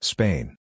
Spain